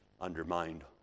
undermined